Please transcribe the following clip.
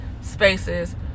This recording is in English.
spaces